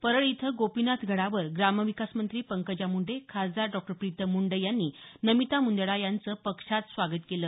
परळी इथं गोपीनाथ गडावर ग्रामविकास मंत्री पंकजा मुंडे खासदार डॉ प्रीतम मुंडे यांनी नमिता मुंदडा यांचं पक्षात स्वागत केलं